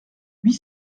huit